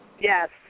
Yes